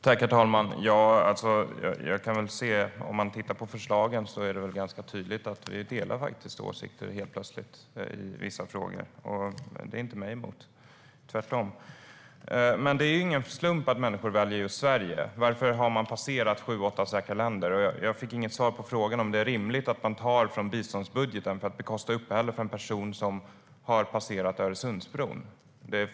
Herr talman! Om man tittar på förslagen ser man att det är ganska tydligt att vi helt plötsligt faktiskt delar åsikter i vissa frågor. Det är inte mig emot - tvärtom. Men det är ingen slump att människor väljer just Sverige. Varför har man passerat sju, åtta säkra länder? Jag fick inget svar på frågan om det är rimligt att man tar från biståndsbudgeten för att bekosta uppehälle för en person som har passerat Öresundsbron.